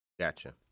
Gotcha